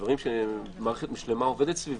אלה דברים שמערכת שלמה עובדת סביבם.